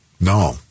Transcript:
No